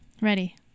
Ready